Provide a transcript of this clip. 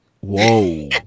Whoa